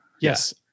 Yes